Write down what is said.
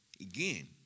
again